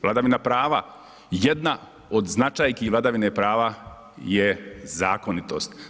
Vladavina prava jedna od značajki vladavine prava je zakonitost.